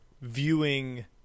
viewing